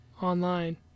online